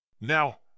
Now